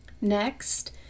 Next